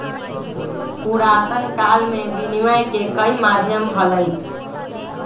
पुरातन काल में विनियम के कई माध्यम हलय